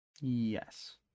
Yes